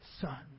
Son